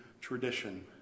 tradition